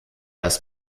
das